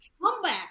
comeback